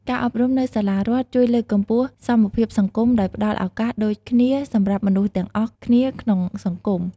ការអប់រំនៅសាលារដ្ឋជួយលើកកម្ពស់សមភាពសង្គម ដោយផ្តល់ឱកាសដូចគ្នាសម្រាប់មនុស្សទាំងអស់គ្នាក្នុងសង្គម។